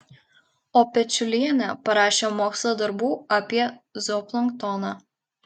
o pečiulienė parašė mokslo darbų apie zooplanktoną